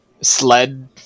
sled